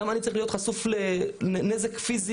למה אני צריך להיות חשוף לנזק פיזי,